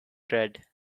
tread